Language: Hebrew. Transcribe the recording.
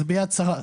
זה ׳יד שרה׳.